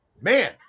man